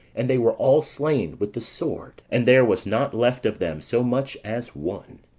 and they were all slain with the sword, and there was not left of them so much as one.